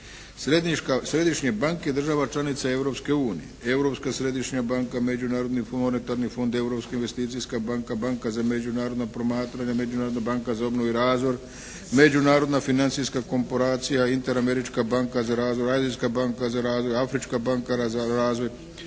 središnje banke država članice Europske unije, Europska središnja banka, Međunarodni humanitarni fond, Europska investicijska banka, Banka za međunarodna promatranja, Međunarodna banka za obnovu i razvoj, Međunarodna financijska korporacija, Interamerička banka za razvoj, … /Govornik se ne razumije./ … banka za razvoj, Afrička banka za razvoj,